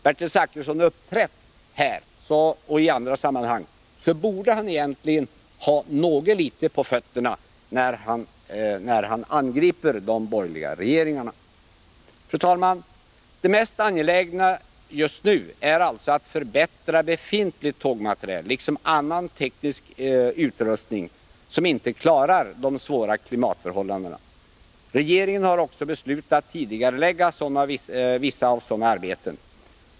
Bertil Zachrisson borde ha något mer på fötterna när han så beskäftigt angriper de borgerliga regeringarna! Fru talman! Det mest angelägna nu är att förbättra befintlig tågmateriel liksom annan teknisk utrustning som inte klarar svåra klimatförhållanden. Regeringen har nyligen beslutat tidigarelägga vissa sådana arbeten.